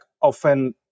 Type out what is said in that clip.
often